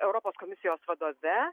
europos komisijos vadove